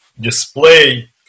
display